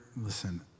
listen